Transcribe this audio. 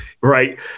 right